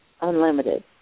unlimited